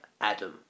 Adam